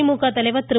திமுக தலைவர் திரு